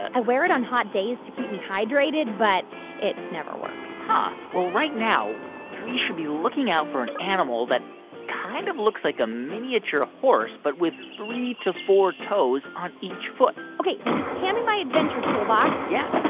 i wear it on hot days to keep me hydrated, but it never works huh. well, right now we should be looking out for an animal that kind of looks like a miniature horse but with three to four toes on each foot ok. now, just hand me my adventure tool box yeah thanks.